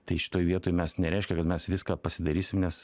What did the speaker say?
tai šitoj vietoj mes nereiškia kad mes viską pasidarysim nes